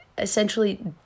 Essentially